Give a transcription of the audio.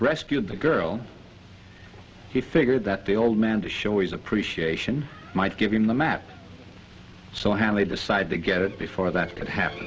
rescued the girl he figured that the old man to show his appreciation might give him the map so hand they decided to get it before that could happen